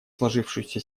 сложившуюся